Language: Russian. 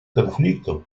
конфликтов